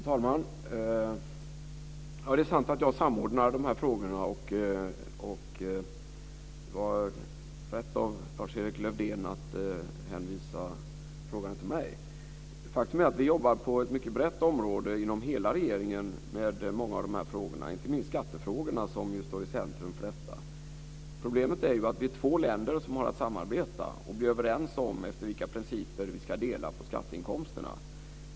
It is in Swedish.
Fru talman! Det är sant att jag samordnar de här frågorna. Det var rätt av Lars-Erik Lövdén att hänvisa frågorna till mig. Faktum är att vi jobbar på ett mycket brett område inom hela regeringen med många av de här frågorna, inte minst skattefrågorna som ju står i centrum för detta. Problemet är att vi är två länder som har att samarbeta och bli överens om efter vilka principer vi ska dela på skatteinkomsterna.